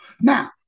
Now